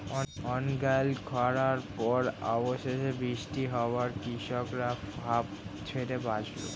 অনর্গল খড়ার পর অবশেষে বৃষ্টি হওয়ায় কৃষকরা হাঁফ ছেড়ে বাঁচল